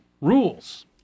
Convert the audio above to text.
rules